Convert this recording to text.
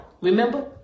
Remember